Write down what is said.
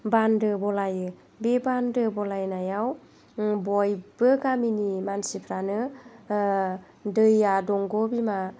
बान्दो बलायो बे बान्दो बलायनायाव बयबो गामिनि मानसिफोरानो दैया दंग' बिमा